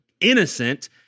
innocent